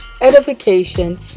edification